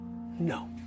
No